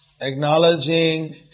acknowledging